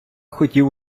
хотів